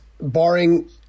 barring